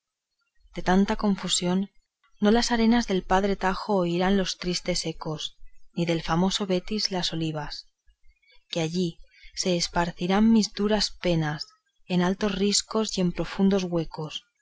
de tanta confusión no las arenas del padre tajo oirán los tristes ecos ni del famoso betis las olivas que allí se esparcirán mis duras penas en altos riscos y en profundos huecos